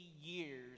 years